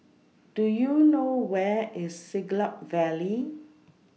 Do YOU know Where IS Siglap Valley